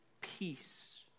peace